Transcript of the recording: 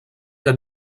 que